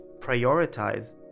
prioritize